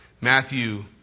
Matthew